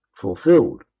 Fulfilled